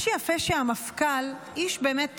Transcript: מה שיפה הוא שהמפכ"ל, איש באמת תמים,